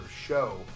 show